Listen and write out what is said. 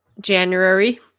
january